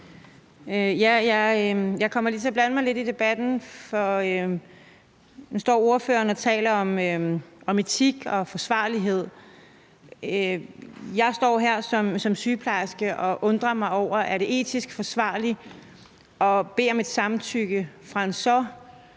Jeg kommer lige til at blande mig lidt i debatten, for nu står ordføreren og taler om etik og forsvarlighed. Jeg står her som sygeplejerske og undrer mig over, om det er etisk forsvarligt at bede om et samtykke fra en så